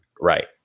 Right